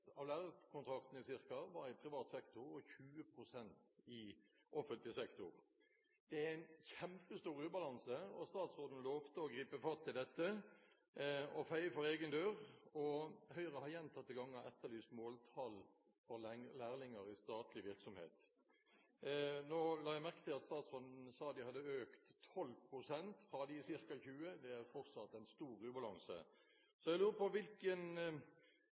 lovte å gripe fatt i det og feie for egen dør. Høyre har gjentatte ganger etterlyst måltall for lærlinger i statlig virksomhet. Nå la jeg merke til at statsråden sa at de hadde økt med 12 pst. fra de ca. 20 pst. Det er fortsatt en stor ubalanse. Jeg lurer på